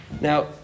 Now